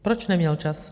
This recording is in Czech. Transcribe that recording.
Proč neměl čas?